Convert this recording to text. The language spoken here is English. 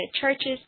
churches